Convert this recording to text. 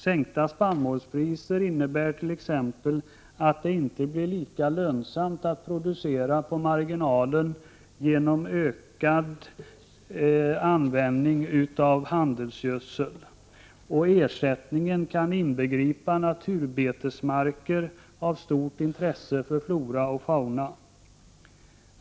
Sänkta spannmålspriser innebär t.ex. att det inte blir lika lönsamt att producera på marginalen genom ökad användning av handelsgödsel. Ersättningen kan inbegripa naturbetesmarker av stort intresse för flora och fauna.